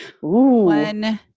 one